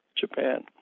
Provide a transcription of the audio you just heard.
Japan